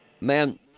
man